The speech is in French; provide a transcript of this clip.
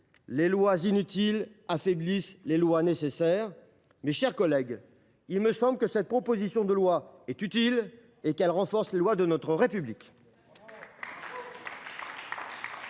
Les lois inutiles affaiblissent les lois nécessaires. » Mes chers collègues, il me semble que cette proposition de loi est utile et qu’elle renforce les lois de notre République.